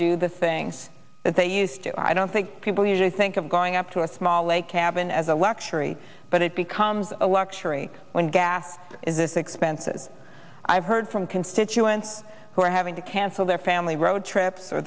do the things that they used to i don't think people usually think of going up to a small lake cabin as a luxury but it becomes a luxury when gas is expensive as i've heard from constituents who are having to cancel their family road trips or